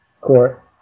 court